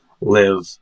live